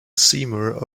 seymour